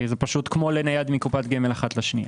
זה כמו לנייד מקופת גמל אחת לשנייה.